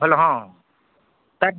hello ହଁ ତାକ